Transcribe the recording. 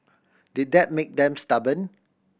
did that make them stubborn